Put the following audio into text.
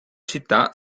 città